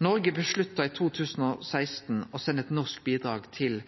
Noreg bestemte i 2016 å sende eit norsk bidrag til